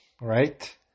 right